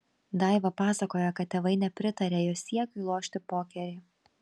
daiva pasakoja kad tėvai nepritarė jos siekiui lošti pokerį